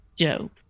Dope